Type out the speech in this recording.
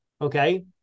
okay